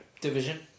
Division